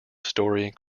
story